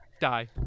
die